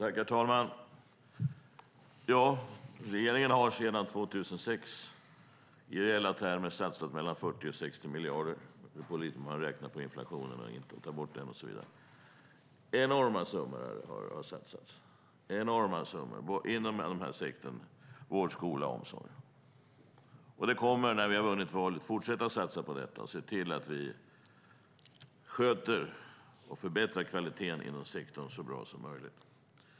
Herr talman! Regeringen har sedan 2006 i reella termer satsat mellan 40 och 60 miljarder. Det beror lite på hur man räknar inflationen, om man tar bort den och så vidare. Enorma summor har satsats inom sektorn vård, skola och omsorg. När vi har vunnit valet kommer vi att fortsätta satsa på detta och se till att vi sköter och förbättrar kvaliteten inom sektorn så mycket som möjligt.